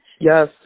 Yes